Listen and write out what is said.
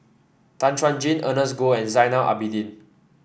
Tan Chuan Jin Ernest Goh and Zainal Abidin